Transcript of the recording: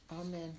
amen